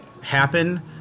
happen